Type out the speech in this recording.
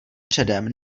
předem